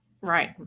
Right